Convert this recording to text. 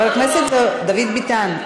בסדר, חבר הכנסת דוד ביטן.